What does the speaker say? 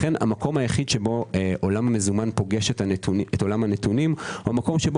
לכן המקום היחיד שבו עולם המזומן פוגש את עולם הנתונים הוא המקום שוב